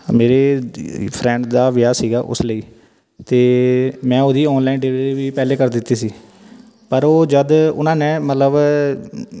ਮੇਰੇ the friend ਦਾ ਵਿਆਹ ਸੀਗਾ ਉਸ ਲਈ ਅਤੇ ਮੈਂ ਉਹਦੀ ਔਨਲਾਈਨ ਡਿਲਿਵਰੀ ਵੀ ਪਹਿਲੇ ਕਰ ਦਿੱਤੀ ਸੀ ਪਰ ਉਹ ਜਦ ਉਹਨਾਂ ਨੇ ਮਤਲਬ